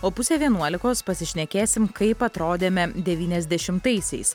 o pusė vienuolikos pasišnekėsim kaip atrodėme devyniasdešimtaisiais